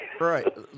Right